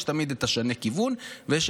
יש תמיד "שנה כיוון", ויש